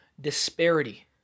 disparity